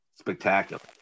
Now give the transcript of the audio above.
spectacular